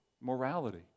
morality